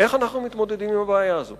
איך אנחנו מתמודדים עם הבעיה הזאת